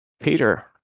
Peter